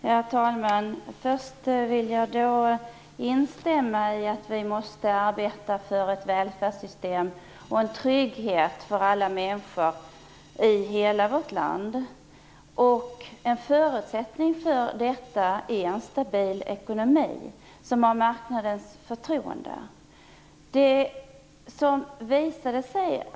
Herr talman! Först vill jag instämma i att vi måste arbeta för ett välfärdssystem och en trygghet för alla människor i hela vårt land. En förutsättning för detta är en stabil ekonomi som har marknadens förtroende.